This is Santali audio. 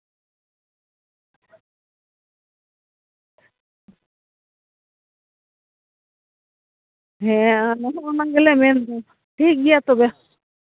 ᱦᱮᱸ ᱟᱞᱮ ᱦᱚᱸ ᱚᱱᱟ ᱜᱮᱞᱮ ᱢᱮᱱ ᱮᱫᱟ ᱴᱷᱤᱠᱜᱮᱭᱟ ᱛᱚᱵᱮ